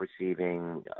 receiving